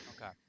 Okay